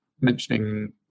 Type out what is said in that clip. mentioning